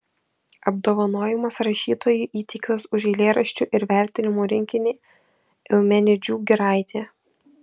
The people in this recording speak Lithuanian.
apdovanojimas rašytojui įteiktas už eilėraščių ir vertimų rinkinį eumenidžių giraitė